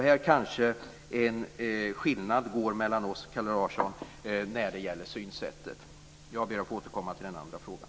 Här kanske det finns en skillnad mellan oss, Kalle Larsson, när det gäller synsättet. Jag ber att få återkomma till den andra frågan.